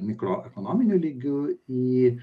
mikroekonominiu lygiu į